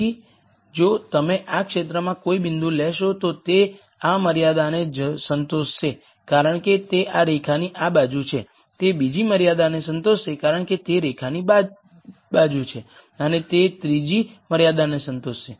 તેથી જો તમે આ ક્ષેત્રમાં કોઈ બિંદુ લેશો તો તે આ મર્યાદાને સંતોષશે કારણ કે તે આ રેખાની આ બાજુ છે તે બીજી મર્યાદાને સંતોષશે કારણ કે તે રેખાની બાજુ છે અને તે ત્રીજી મર્યાદાને સંતોષશે